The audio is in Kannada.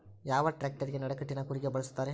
ಯಾವ ಟ್ರ್ಯಾಕ್ಟರಗೆ ನಡಕಟ್ಟಿನ ಕೂರಿಗೆ ಬಳಸುತ್ತಾರೆ?